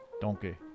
Donkey